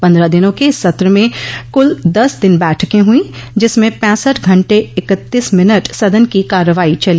पन्द्रह दिनों के इस सत्र में कुल दस दिन बैठकें हुई जिसमें पैंसठ घंटे इक्तीस मिनट सदन की कार्रवाई चली